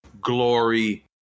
glory